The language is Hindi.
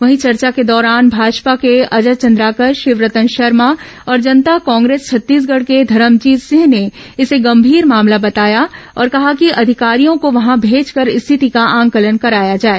वहीं चर्चा के दौरान भाजपा के अजय चंद्राकर शिवरतन शर्मा और जनता कांग्रेस छत्तीसगढ के धरमजीत सिंह ने इसे गंभीर मामला बताया और कहा कि अधिकारियों को वहां भेजकर स्थिति का आंकलन कराया जाए